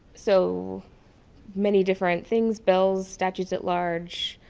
so many different things, bills, statues at large,